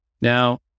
Now